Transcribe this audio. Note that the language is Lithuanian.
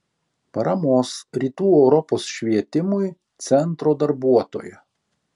paramos rytų europos švietimui centro darbuotoja